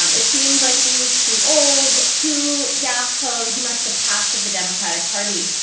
um it seems like he was too old too gaffe prone too much the past of the democratic party.